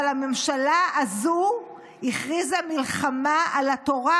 אבל הממשלה הזו הכריזה מלחמה על התורה,